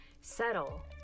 Settle